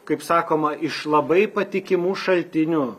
kaip sakoma iš labai patikimų šaltinių